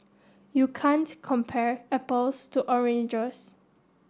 you can't compare apples to oranges